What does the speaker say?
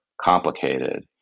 complicated